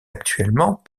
actuellement